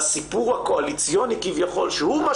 והסיפור הקואליציוני כביכול שהוא מה